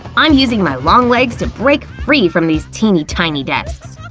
i'm using my long legs to break free from these teeny tiny desks!